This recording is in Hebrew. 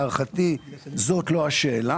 להערכתי זאת לא השאלה.